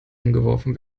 umgeworfen